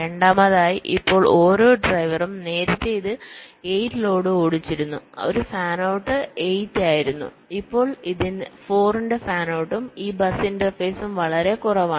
രണ്ടാമതായി ഇപ്പോൾ ഓരോ ഡ്രൈവറും നേരത്തെ ഇത് 8 ലോഡ് ഓടിച്ചിരുന്നു ഒരു ഫാനൌട്ട് 8 ആയിരുന്നു ഇപ്പോൾ ഇതിന് 4 ന്റെ ഫാനൌട്ടും ഈ ബസ് ഇന്റർഫേസും വളരെ കുറവാണ്